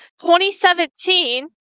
2017